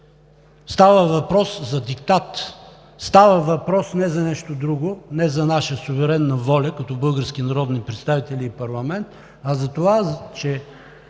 Става въпрос за диктат. Става въпрос не за нещо друго, не за наша суверенна воля като български народни представители и парламент, а за това, че